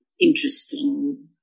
interesting